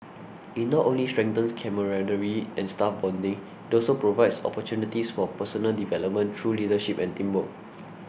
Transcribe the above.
it not only strengthens camaraderie and staff bonding it also provides opportunities for personal development through leadership and teamwork